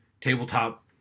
tabletop